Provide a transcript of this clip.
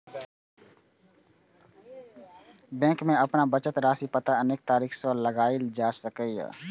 bank मे अपन बचत राशिक पता अनेक तरीका सं लगाएल जा सकैए